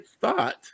thought